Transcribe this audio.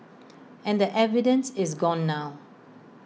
and the evidence is gone now